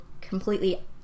completely